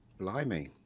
Blimey